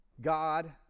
God